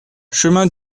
chemin